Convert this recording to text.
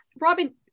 Robin